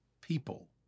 people